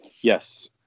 yes